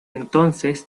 entonces